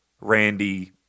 Randy